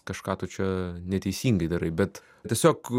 kažką tu čia neteisingai darai bet tiesiog